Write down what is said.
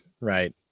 Right